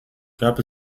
gab